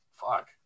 fuck